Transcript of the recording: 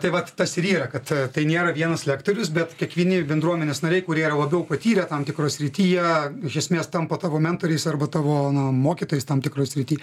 tai vat tas ir yra kad tai nėra vienas lektorius bet kiekvieni bendruomenės nariai kurie yra labiau patyrę tam tikroj srityje iš esmės tampa tavo mentoriais arba tavo mokytojais tam tikroj srity